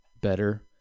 better